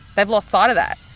they've lost sight of that.